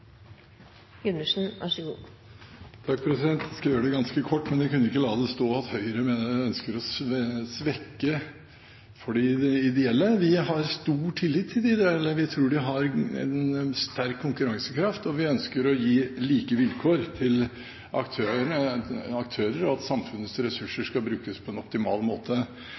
– og så stemmer partiet Venstre imot det. Det var mitt hovedpoeng. Venstre svikter sitt eget program. Jeg skal gjøre det ganske kort, men jeg kunne ikke la det stå at Høyre ønsker å svekke de ideelle. Vi har stor tillit til de ideelle. Vi tror de har en sterk konkurransekraft, og vi ønsker å gi like vilkår til aktører, og at samfunnets ressurser skal brukes på en optimal måte.